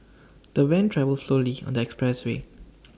the van travelled slowly on the expressway